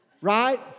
right